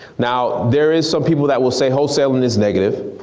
now there is some people that will say wholesaling is negative.